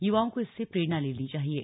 युवाओं को इससे प्रेरणा लेनी चाहिये